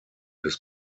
des